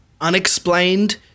unexplained